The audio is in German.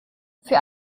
für